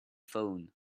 phone